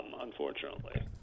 unfortunately